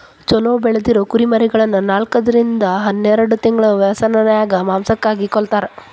ಚೊಲೋ ಬೆಳದಿರೊ ಕುರಿಮರಿಗಳನ್ನ ನಾಲ್ಕರಿಂದ ಹನ್ನೆರಡ್ ತಿಂಗಳ ವ್ಯಸನ್ಯಾಗ ಮಾಂಸಕ್ಕಾಗಿ ಕೊಲ್ಲತಾರ